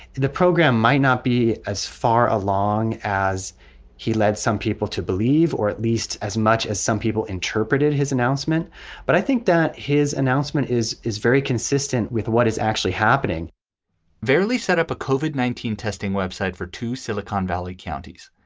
the program might not be as far along as he led some people to believe, or at least as much as some people interpreted his announcement but i think that his announcement is is very consistent with what is actually happening fairly set up a covert nineteen testing web site for two silicon valley counties.